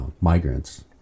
migrants